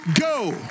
go